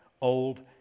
Old